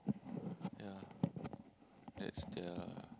ya that's their